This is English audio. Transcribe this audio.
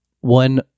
one